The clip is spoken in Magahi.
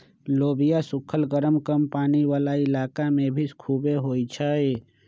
लोबिया सुखल गरम कम पानी वाला इलाका में भी खुबे होई छई